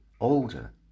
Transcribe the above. older